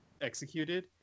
executed